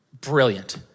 brilliant